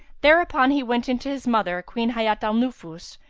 thereupon he went in to his mother, queen hayat al-nufus,